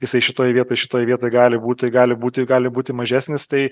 jisai šitoj vietoj šitoj vietoj gali būt tai gali būt tai gali būti mažesnis tai